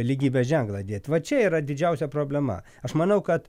lygybės ženklą dėt va čia yra didžiausia problema aš manau kad